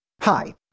Hi